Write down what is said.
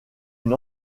une